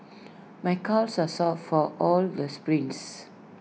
my calves are sore from all the sprints